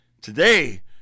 today